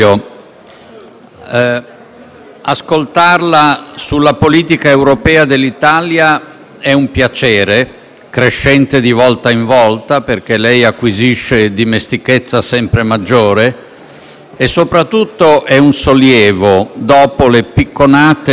è un piacere crescente di volta in volta, perché lei acquisisce dimestichezza sempre maggiore, e soprattutto è un sollievo, dopo le picconate che i suoi Ministri danno a quella politica tra un Consiglio europeo e l'altro.